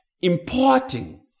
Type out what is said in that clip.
importing